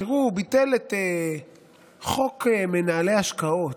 תראו, הוא ביטל את חוק מנהלי השקעות,